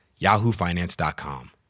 yahoofinance.com